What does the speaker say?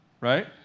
Right